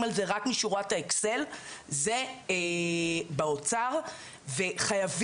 על זה רק משורת האקסל זה באוצר וחייבים,